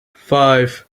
five